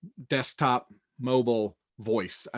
desktop, mobile, voice. ah